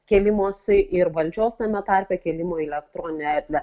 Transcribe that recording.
kėlimosi ir valdžios tame tarpe kėlimo į elektroninę erdvę